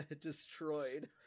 destroyed